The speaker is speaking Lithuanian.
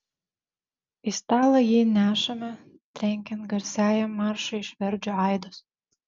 į stalą jį nešame trenkiant garsiajam maršui iš verdžio aidos